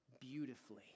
beautifully